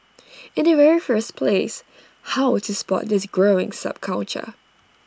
in the very first place how to spot this growing subculture